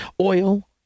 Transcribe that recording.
Oil